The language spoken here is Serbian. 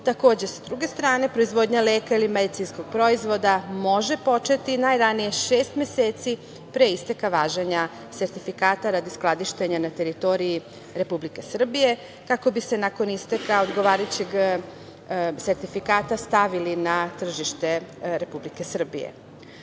sa druge strane, proizvodnja leka ili medicinskog proizvoda može početi najranije šest meseci pre isteka važenja Sertifikata radi skladištenja na teritoriji Republike Srbije, kako bi se nakon isteka odgovarajućeg sertifikata stavili na tržište Republike Srbije.O